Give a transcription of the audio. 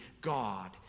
God